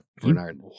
Bernard